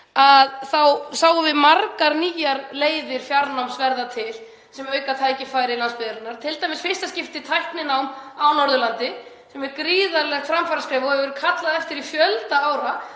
þá sáum við margar nýjar leiðir fjarnáms verða til sem auka tækifæri landsbyggðarinnar, t.d. í fyrsta skipti tækninám á Norðurlandi sem er gríðarlegt framfaraskref og hefur verið kallað eftir í fjölda ára.